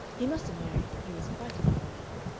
he must have married when he was quite a young man.